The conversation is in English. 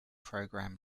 program